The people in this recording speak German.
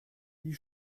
die